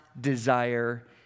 desire